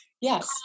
yes